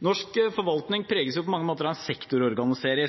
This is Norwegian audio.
Norsk forvaltning preges jo på mange måter av en sektororganisering,